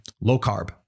low-carb